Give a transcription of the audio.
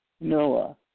Noah